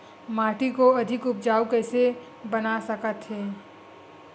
माटी को अधिक उपजाऊ कइसे बना सकत हे?